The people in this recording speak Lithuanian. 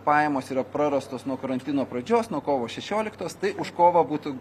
pajamos yra prarastos nuo karantino pradžios nuo kovo šešioliktos tai už kovą būtų